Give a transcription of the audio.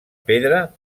pedra